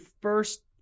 first